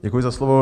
Děkuji za slovo.